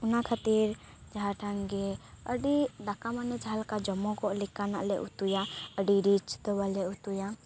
ᱚᱱᱟ ᱠᱷᱟᱹᱛᱤᱨ ᱡᱟᱦᱟᱸ ᱴᱟᱝ ᱜᱮ ᱟᱹᱰᱤ ᱫᱟᱠᱟ ᱢᱟᱱᱮ ᱡᱟᱦᱟᱸ ᱞᱮᱠᱟ ᱡᱚᱢᱚᱜᱚᱜ ᱞᱮᱠᱟ ᱱᱟᱜ ᱞᱮ ᱩᱛᱩᱭᱟ ᱟᱹᱰᱤ ᱨᱤᱪ ᱫᱚ ᱵᱟᱞᱮ ᱩᱛᱩᱭᱟ